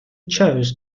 chose